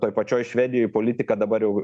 toj pačioj švedijoj politika dabar jau